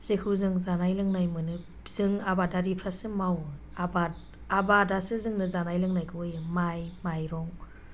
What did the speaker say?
जेखौ जों जानाय लोंनाय मोनो जों आबादारिफ्रासो मावो आबाद आबादासो जोंनो जानाय लोंनायखौ होयो माइ माइरं